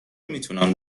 میتونم